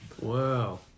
Wow